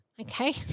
Okay